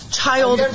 child